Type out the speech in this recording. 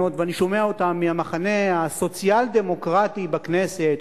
הפצרתי בך לטפל בעניין הספרייה בקריית-שמונה,